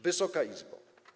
Wysoka Izbo!